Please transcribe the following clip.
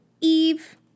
Eve